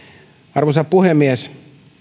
arvoisa puhemies